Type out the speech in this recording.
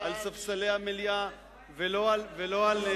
ספסלי המליאה ולא על,